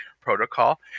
protocol